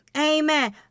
Amen